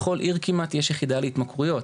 בכל עיר כמעט יש יחידה להתמכרויות,